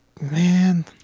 man